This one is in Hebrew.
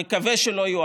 אני מקווה שהוא לא יוארך,